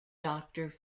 doctor